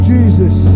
Jesus